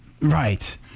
right